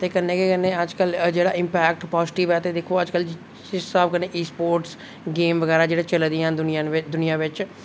ते कन्नै केह् करने अजकल जेहड़ा इमपेक्ट पाॅजिटब ऐ ते अजकल जिस स्हाब कन्नै स्पोर्टस गेम बगैरा जेहड़ा चला दियां दुनियां बिच